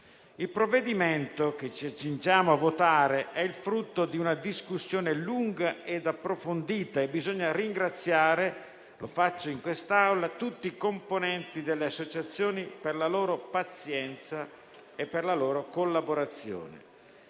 Il provvedimento che ci accingiamo a votare è il frutto di una discussione lunga e approfondita. Bisogna ringraziare - lo faccio in quest'Aula - tutti i componenti delle associazioni per la loro pazienza e per la loro collaborazione.